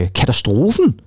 katastrofen